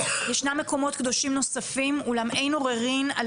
ישנם מקומות קדושים נוספים אולם אין עוררין על